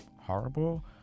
horrible